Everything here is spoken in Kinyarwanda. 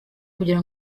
kugira